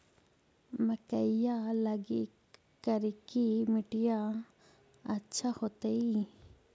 मकईया लगी करिकी मिट्टियां अच्छा होतई